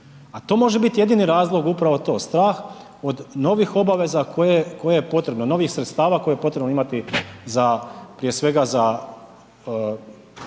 a to može bit jedini razlog upravo to strah od novih obaveza koje, koje je potrebno, novih sredstava koje je potrebno imati za, prije svega za